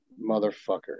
motherfucker